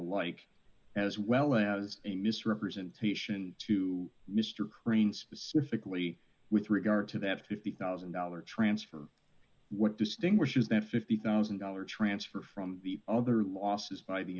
the like as well as a misrepresentation to mr crane specifically with regard to that fifty one thousand dollars transfer what distinguishes that fifty thousand dollars transfer from the other losses by the